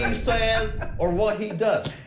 um says or what he does.